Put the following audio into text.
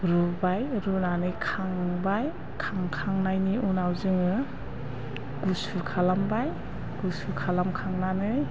रुबाय रुनानै खांबाय खांखांनायनि उनाव जोङो गुसु खालामबाय गुसु खालाम खांनानै